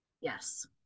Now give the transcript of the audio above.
Yes